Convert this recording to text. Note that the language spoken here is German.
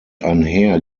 einher